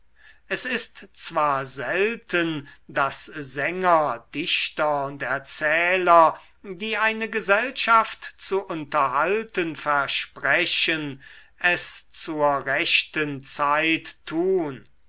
es ist zwar selten daß sänger dichter und erzähler die eine gesellschaft zu unterhalten versprechen es zur rechten zeit tun